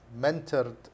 mentored